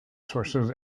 sources